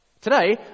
Today